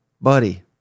buddy